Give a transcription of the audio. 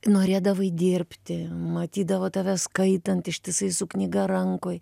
norėdavai dirbti matydavo tave skaitant ištisai su knyga rankoj